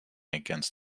against